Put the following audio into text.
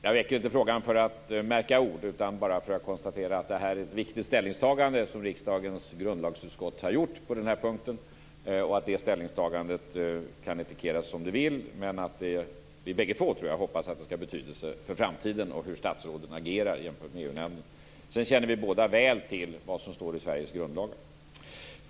Jag väcker inte frågan bara för att märka ord utan för att detta är ett viktigt ställningtagande som riksdagens grundlagsutskott har gjort på den här punkten. Det ställningstagandet kan tolkas som det vill, men vi bägge två hoppas att det skall ha betydelse för framtiden och för hur statsrådet agerar i förhållande till EU-nämnden. Sedan känner vi båda väl till vad som står i den svenska grundlagen.